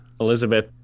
Elizabeth